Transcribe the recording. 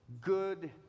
good